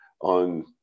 on